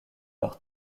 leur